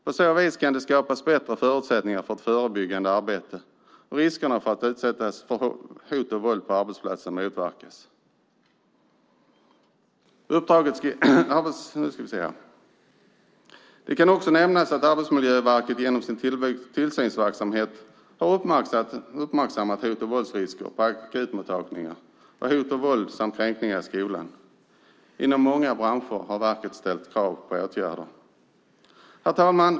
På så vis kan det skapas bättre förutsättningar för ett förebyggande arbete, och riskerna för att utsättas för hot och våld på arbetsplatsen kan motverkas. Det kan också nämnas att Arbetsmiljöverket genom sin tillsynsverksamhet har uppmärksammat hot och våldsrisker på akutmottagningar och hot och våld samt kränkningar i skolan. Inom många branscher har verket ställt krav på åtgärder. Herr talman!